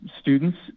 students